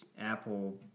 Apple